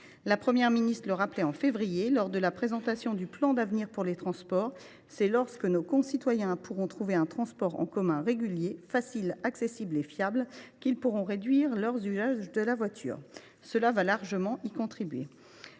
La Première ministre le rappelait en février dernier, lors de la présentation du plan d’avenir pour les transports, ce sera « lorsque nos concitoyens pourront trouver un transport en commun régulier, facilement accessible et fiable qu’ils pourront réduire leur usage de la voiture. » Ce dispositif y contribuera